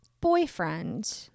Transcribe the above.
boyfriend